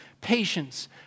patience